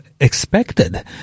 expected